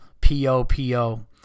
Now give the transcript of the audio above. P-O-P-O